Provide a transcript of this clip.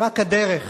רק הדרך